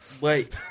Wait